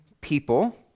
people